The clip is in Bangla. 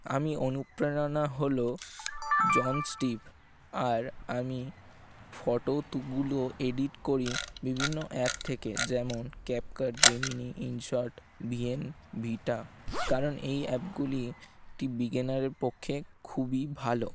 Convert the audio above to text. আমার অনুপ্রেরণা হলো জন স্টিভ আর আমি ফটোগুলো এডিট করি বিভিন্ন অ্যাপ থেকে যেমন CapCut Remini InShot V N Vita কারণ এই অ্যাপগুলি একটি বিগিনারের পক্ষে খুবই ভালো